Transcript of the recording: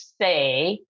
say